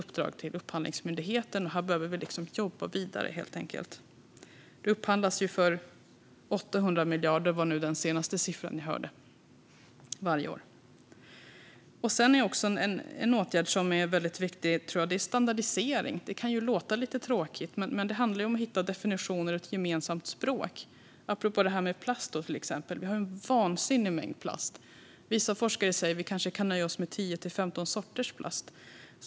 Vi har gett Upphandlingsmyndigheten ett uppdrag här. Vi behöver helt enkelt jobba vidare inom det här. Det upphandlas för 800 miljarder varje år, enligt den senaste siffran jag hörde. En åtgärd som jag också tror är viktig är standardisering. Det kan låta lite tråkigt. Men det handlar om att hitta definitioner och ett gemensamt språk, till exempel apropå det här med plast. Vi har en vansinnig mängd plast. Vissa forskare säger att vi kanske kan nöja oss med 10-15 sorters plats.